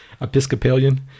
Episcopalian